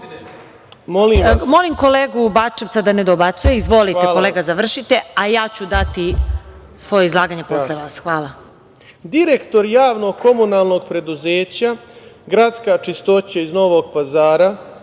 Molim kolegu Bačevca da ne dobacuje. Izvolite, kolega, završite, a ja ću dati svoje izlaganje posle vas. Hvala. **Samir Tandir** Direktor javno-komunalnog preduzeća „Gradska čistoća“ iz Novog Pazara